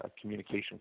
communication